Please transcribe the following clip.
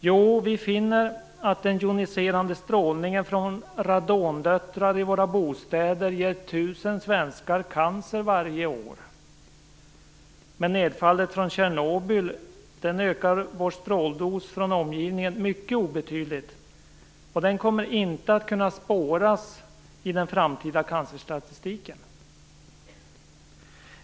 Jo, vi finner att den joniserande strålningen från radondöttrar i våra bostäder ger 1 000 svenskar cancer varje år medan nedfallet från Tjernobyl ökade vår stråldos från omgivningen mycket obetydligt, och den kommer inte att kunna spåras i den framtida cancerstatistiken.